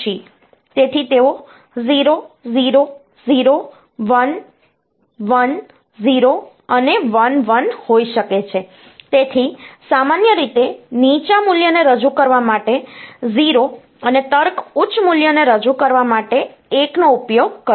તેથી તેઓ 0 0 0 1 1 0 અને 1 1 હોઈ શકે છે તેથી સામાન્ય રીતે નીચા મૂલ્યને રજૂ કરવા માટે 0 અને તર્ક ઉચ્ચ મૂલ્યને રજૂ કરવા માટે 1 નો ઉપયોગ કરશે